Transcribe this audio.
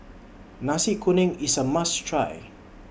Nasi Kuning IS A must Try